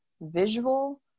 visual